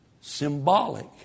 symbolic